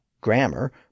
grammar